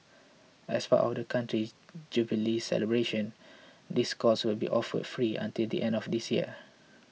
as part of the country's Jubilee celebrations these courses will be offered free until the end of this year